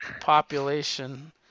population